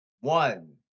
One